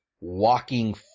walking